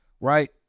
right